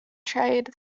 tried